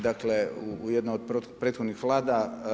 Dakle u jednoj od prethodnih vlada.